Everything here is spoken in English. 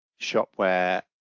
Shopware